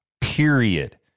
Period